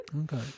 Okay